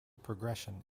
progression